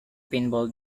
pinball